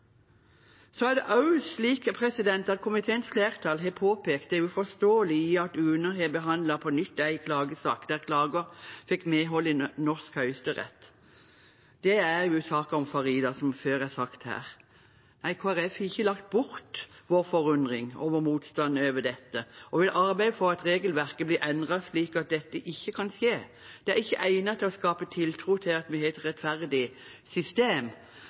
Så har komiteens flertall påpekt det uforståelige i at UNE har behandlet på nytt en klagesak der klager fikk medhold i norsk høyesterett. Det er saken om Farida, som før er sagt her. Nei, Kristelig Folkeparti har ikke lagt bort vår forundring over motstanden mot dette og vil arbeide for at regelverket blir endret slik at dette ikke kan skje. Det er ikke egnet til å skape tiltro til at vi har et rettferdig system,